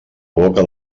boca